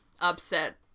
Upset